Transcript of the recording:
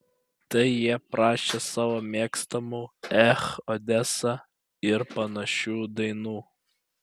tai jie prašė savo mėgstamų ech odesa ir panašių dainų